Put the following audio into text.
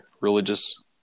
religious